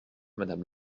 madame